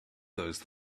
those